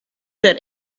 that